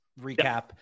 recap